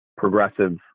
progressive